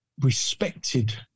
respected